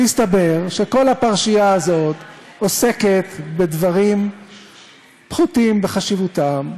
מסתבר שכל הפרשייה הזאת עוסקת בדברים פחותים בחשיבותם,